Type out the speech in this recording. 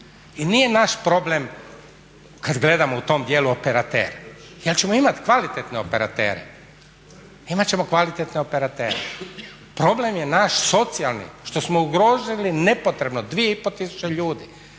I nije naš problem kada gledamo u tom dijelu operater jel ćemo imati kvalitetne operatere. Problem je naš socijalni što smo ugrozili nepotrebno 2,5 tisuće ljudi,